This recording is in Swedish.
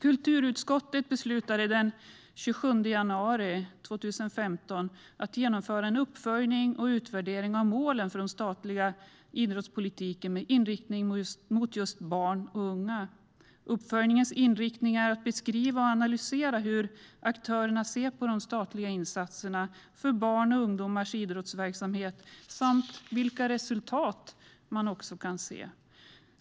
Kulturutskottet beslutade den 27 januari 2015 att genomföra en uppföljning och utvärdering av målen för den statliga idrottspolitiken med inriktning mot barn och unga. Uppföljningens inriktning är att beskriva och analysera hur aktörerna ser på de statliga insatserna för barns och ungdomars idrottsverksamhet samt vilka resultat man kan se.